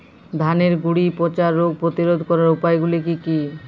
ধানের গুড়ি পচা রোগ প্রতিরোধ করার উপায়গুলি কি কি?